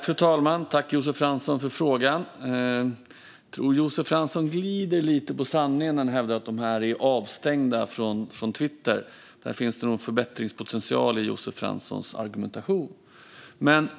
Fru talman! Tack, Josef Fransson, för frågan! Jag tror att Josef Fransson glider bort lite från sanningen när han hävdar att de är avstängda från Twitter. Där finns det nog förbättringspotential i Josef Franssons argumentation.